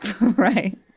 Right